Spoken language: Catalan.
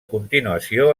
continuació